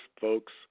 folks